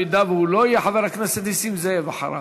אם הוא לא יהיה, חבר הכנסת נסים זאב אחריו.